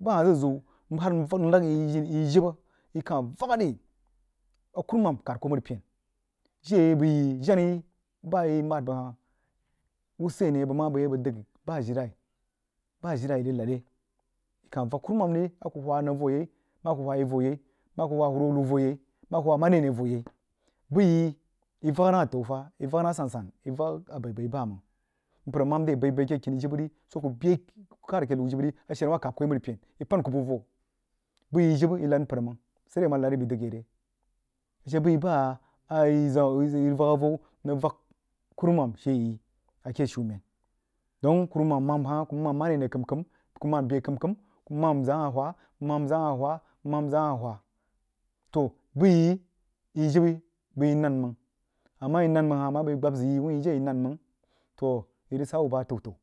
Bah hah zəg ziu har lag yi jibə yi kah vakgha ri a kurumam kahd kuh aməri pen jiri a bəg jenah yi bah yi mohd bəg hah wuseni bəg mah bəi rig a bəg dəg bah ajilai yi reig lad re yi kaj vak kurumam ri kuh whah nəng voh yai a kuh whah yi voyai a kuh whah huruhou liu voh yai a kuh whah mare mah voh-yai bəyi yi vak nah atau fah yi vak nah asan-san yi vik abaibai bamang npər a mahn diri abai-bai keh kini jibə ri swoh a kuh bəg khad a keh liu jibə ri a shər a wah khab ri a məripen yi pahn kuh bəg voh buh yi jibə yi lahd npər mang saidai amah yi bəi dəg ye re a she bəg yi bah a yi zəg yi rig vak avou mrig vak kurm shee yi ake shumen dong kurumam mahm hah kuh mahm mare aneh kəim kəim kuh mam mahm bəh məim nmahm zəg ahah whah mam zəg ahah wha nmam zəg ahah wha to bəg yi yi jibə bəi yi nang mang a mah yi nan mang hah ama bəi gbab zəg yi wui jiri a yi nan mang toh yi rig sah wuh bah a təu-təu